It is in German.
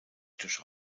durch